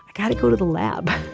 got to go to the lab.